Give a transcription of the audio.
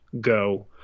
go